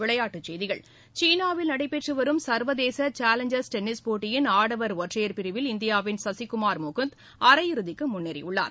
விளையாட்டுச் செய்திகள் சீனாவில் நடைபெற்று வரும் சர்வதேச சேலஞ்சர்ஸ் டென்னிஸ் போட்டியின் ஆடவர் ஒற்றையர் பிரிவில் இந்தியாவின் சசிகுமார் முகுந்த் அரை இறுதிக்கு முன்னேறியுள்ளார்